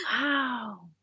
Wow